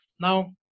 now